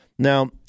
Now